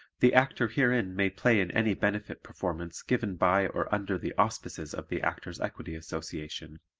the actor herein may play in any benefit performance given by or under the auspices of the actors' equity association.